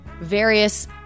various